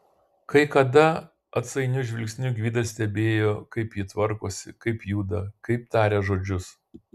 kai kada atsainiu žvilgsniu gvidas stebėjo kaip ji tvarkosi kaip juda kaip taria žodžius